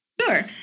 Sure